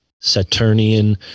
saturnian